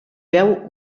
veu